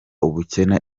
ubukene